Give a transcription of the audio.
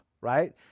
right